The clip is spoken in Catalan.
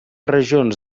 regions